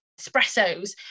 espressos